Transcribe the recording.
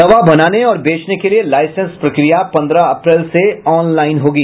दवा बनाने और बेचने के लिए लाईसेंस प्रक्रिया पन्द्रह अप्रैल से ऑनलाईन होगी